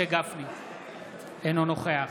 אינו נוכח